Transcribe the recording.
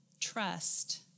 trust